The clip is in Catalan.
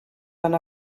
anar